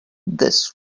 this